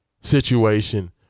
situation